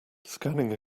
scanning